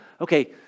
okay